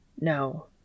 No